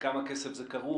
ובכמה כסף זה כרוך?